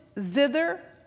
zither